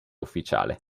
ufficiale